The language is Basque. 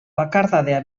bakardadea